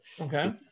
Okay